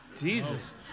Jesus